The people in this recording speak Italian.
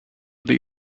dei